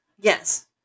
Yes